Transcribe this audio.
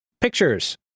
pictures